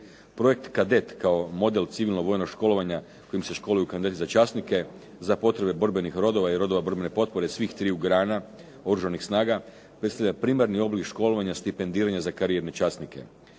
Projekt "Kadet" kao model civilnog vojnog školovanja kojim se školuju kandidati za časnike za potrebe borbenih rodova i rodova borbene potpore svih triju grana oružanih snaga predstavlja primarni oblik školovanja stipendiranja za karijerne časnike.